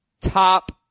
top